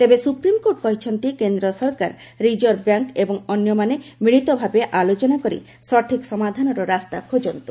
ତେବେ ସୁପ୍ରିମକୋର୍ଟ କହିଛନ୍ତି କେନ୍ଦ୍ର ସରକାର ରିଜର୍ଭବ୍ୟାଙ୍କ ଏବଂ ଅନ୍ୟମାନେ ମିଳିତ ଭାବେ ଆଲୋଚନା କରି ସଠିକ୍ ସମାଧାନର ରାସ୍ତା ଖୋଜନ୍ତୁ